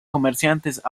comerciantes